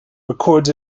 records